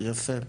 יפה.